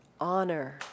Honor